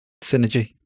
synergy